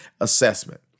assessment